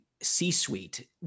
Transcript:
C-suite